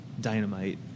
dynamite